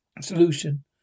Solution